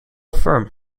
firm